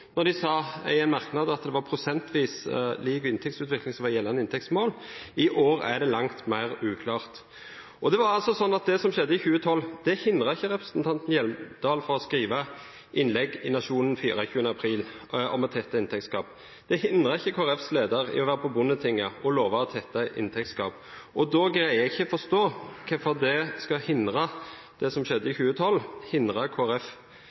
de sa i en merknad at det var prosentvis lik inntektsutvikling som var gjeldende inntektsmål. I år er det langt mer uklart. Det var altså sånn at det som skjedde i 2012, hindrer ikke representanten Hjemdal fra å skrive innlegg i Nationen 24. april om å tette inntektsgap. Det hindrer ikke Kristelig Folkepartis leder i å være på Bondetinget og love å tette inntektsgap. Da greier ikke jeg å forstå hvorfor det som skjedde i 2012, skal hindre